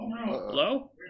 Hello